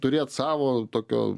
turėt savo tokio